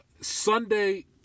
Sunday